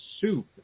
soup